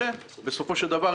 בסופו של דבר,